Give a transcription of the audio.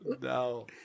No